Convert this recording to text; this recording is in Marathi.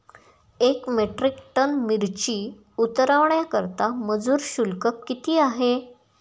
एक मेट्रिक टन मिरची उतरवण्याकरता मजुर शुल्क किती आहे?